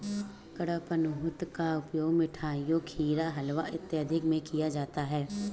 कडपहनुत का उपयोग मिठाइयों खीर हलवा इत्यादि में किया जाता है